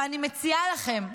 ואני מציעה לכם,